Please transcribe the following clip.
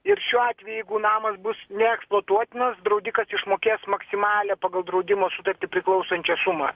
ir šiuo atveju jeigu namas bus neeksploatuotinas draudikas išmokės maksimalią pagal draudimo sutartį priklausančią sumą